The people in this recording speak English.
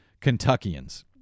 Kentuckians